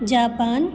Japan